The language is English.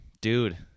Dude